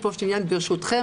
ברשותכם,